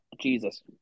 Jesus